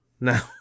now